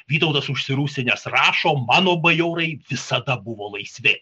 vytautas užsirūstinęs rašo mano bajorai visada buvo laisvi